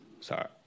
sorry